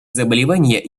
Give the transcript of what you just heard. заболевания